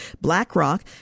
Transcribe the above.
BlackRock